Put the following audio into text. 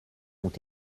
ont